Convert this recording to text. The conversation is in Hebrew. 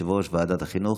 יושב-ראש ועדת החינוך,